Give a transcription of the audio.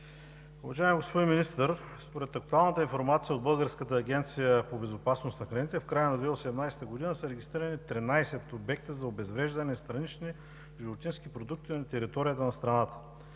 уважаеми колеги! Според актуалната информация от Българската агенция по безопасност на храните в края на 2018 г. са регистрирани 13 обекта за обезвреждане на странични животински продукти на територията на страната.